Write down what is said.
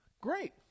Great